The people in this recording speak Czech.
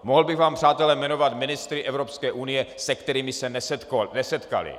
Mohl bych vám, přátelé, jmenovat ministry Evropské unie, se kterými se nesetkali.